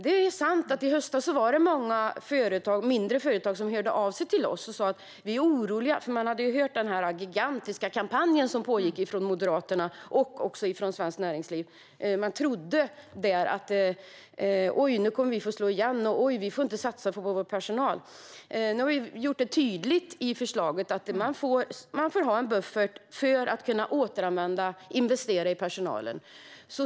Det är sant att det i höstas var många mindre företag som hörde av sig till oss och sa att de var oroliga därför att de hade hört om den gigantiska kampanj som pågick från Moderaterna och Svenskt Näringsliv. De trodde att de kommer att få slå igen nu och att de inte får satsa på sin personal. Nu har vi gjort det tydligt i förslaget att man får ha en buffert för att kunna investera i personalen.